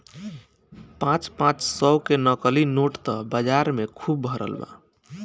पाँच पाँच सौ के नकली नोट त बाजार में खुब भरल बा